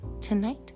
Tonight